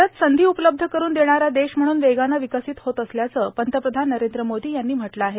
भारत संधी उपलब्ध करून देणारा देश म्हणून वेगानं विकसित होत असल्याचं पंतप्रधान नरेंद्र मोदी यांनी म्हटलं आहे